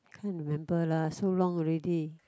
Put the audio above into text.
can't remember lah so long already